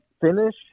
finish